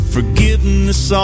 Forgiveness